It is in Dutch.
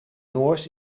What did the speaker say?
noors